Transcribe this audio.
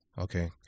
Okay